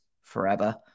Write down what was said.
forever